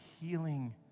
healing